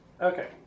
Okay